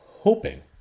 hoping